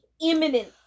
imminent